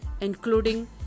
including